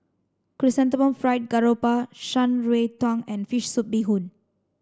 chrysanthemum fried garoupa Shan Rui Tang and fish soup bee hoon